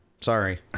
sorry